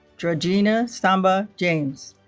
jorgina samba james